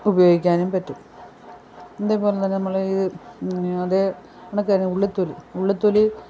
ഉപയോഗിക്കാനും പറ്റും അതേപോലെ തന്നെ നമ്മളിത് അതേ കണക്ക് തന്നെ ഉള്ളിത്തൊലി ഉള്ളിത്തൊലി